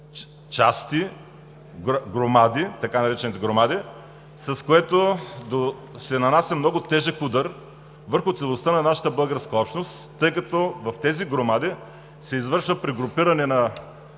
части – така наречените громади, с което се нанася много тежък удар върху целостта на нашата българска общност, тъй като в тези громади се извършва прегрупиране на